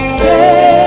say